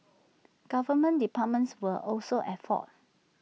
government departments were also at fault